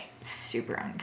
Super